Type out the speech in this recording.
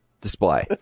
Display